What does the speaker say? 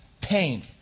pain